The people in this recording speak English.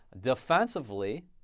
Defensively